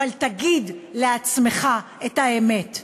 אבל תגיד לעצמך את האמת.